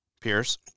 Pierce